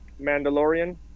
mandalorian